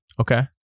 Okay